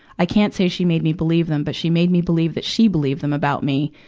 i can't say she made me believe them, but she made me believe that she believed them about me,